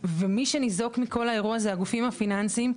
ומי שניזוק מכל האירוע הזה זה הגופים הפיננסיים.